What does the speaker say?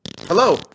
Hello